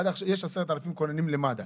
עד עכשיו יש 10 אלף כוננים למד"א,